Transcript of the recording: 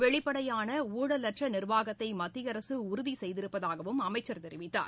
வெளிப்படையான ஊழலற்ற நிா்வாகத்தை மத்திய அரசு உறுதி செய்திருப்பதாகவும் அமைச்சள் தெரிவித்தார்